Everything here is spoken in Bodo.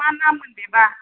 मा नाम मोन बेबा